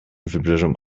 wybrzeżom